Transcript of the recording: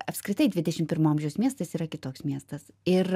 apskritai dvidešim pirmo amžiaus miestas yra kitoks miestas ir